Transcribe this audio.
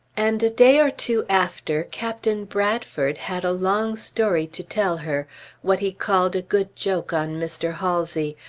and a day or two after, captain bradford had a long story to tell her what he called a good joke on mr. halsey.